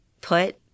put